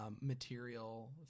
material